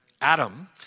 Adam